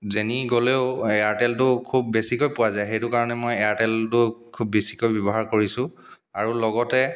যেনি গ'লেও এয়াৰটেলটো খুব বেছিকৈ পোৱা যায় সেইটো কাৰণে মই এয়াৰটেলটোক খুব বেছিকৈ ব্যৱহাৰ কৰিছোঁ আৰু লগতে